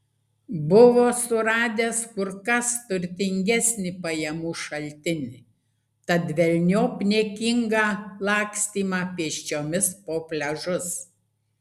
buvo suradęs kur kas turtingesnį pajamų šaltinį tad velniop niekingą lakstymą pėsčiomis po pliažus